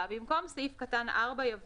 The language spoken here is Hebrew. (4)במקום סעיף קטן (4) יבוא: